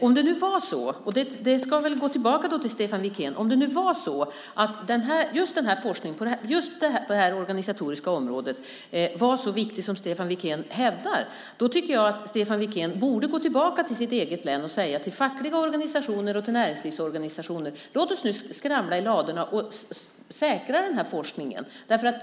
Om det nu var så - det här får gå tillbaka till Stefan Wikén - att just den här forskningen på just det här organisatoriska området var så viktig som Stefan Wikén hävdar tycker jag att Stefan Wikén borde gå tillbaka till sitt eget län och säga till fackliga organisationer och näringslivsorganisationer: Låt oss nu skramla i ladorna och säkra den här forskningen!